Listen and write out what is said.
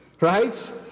Right